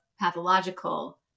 pathological